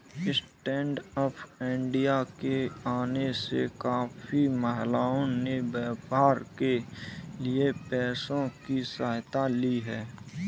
stand up India के आने से काफी महिलाओं ने व्यापार के लिए पैसों की सहायता ली है